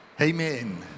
amen